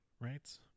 Right